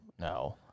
No